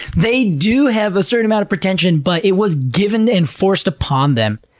they do have a certain amount of pretension, but it was given, enforced upon them.